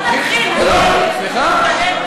סליחה?